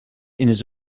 his